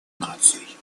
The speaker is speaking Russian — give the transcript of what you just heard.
наций